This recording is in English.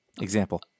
Example